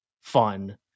fun